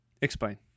Explain